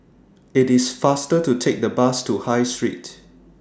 IT IS faster to Take The Bus to High Street